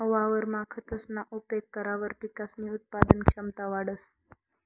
वावरमा खतसना उपेग करावर पिकसनी उत्पादन क्षमता वाढंस